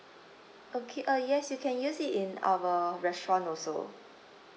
okay uh yes you can use it in our restaurant also